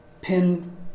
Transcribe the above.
pin